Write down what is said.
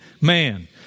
man